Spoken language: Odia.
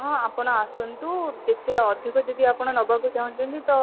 ହଁ ଆପଣ ଆସନ୍ତୁ କେତେ ଅଧିକ ଯଦି ଆପଣ ନେବାକୁ ଚାହୁଁଛନ୍ତି ତ